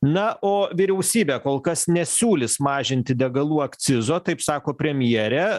na o vyriausybė kol kas nesiūlys mažinti degalų akcizo taip sako premjerė